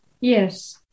Yes